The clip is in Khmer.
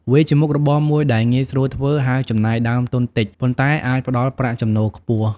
វាជាមុខរបរមួយដែលងាយស្រួលធ្វើ ហើយចំណាយដើមទុនតិច ប៉ុន្តែអាចផ្តល់ប្រាក់ចំណូលខ្ពស់។